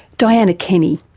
dianna kenny.